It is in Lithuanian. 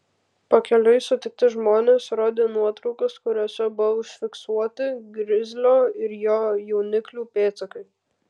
pakeliui sutikti žmonės rodė nuotraukas kuriose buvo užfiksuoti grizlio ir jo jauniklių pėdsakai